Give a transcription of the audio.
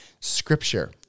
Scripture